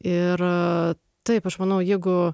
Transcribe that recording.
ir taip aš manau jeigu